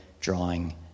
drawing